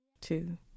two